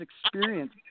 experience